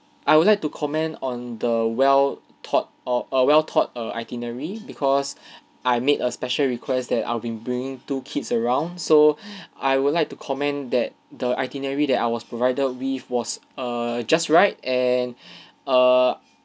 I would like to comment on the well thought or err well thought err itinerary because I made a special requests that I'll be bringing two kids around so I would like to comment that the itinerary that I was provided with was err just right and err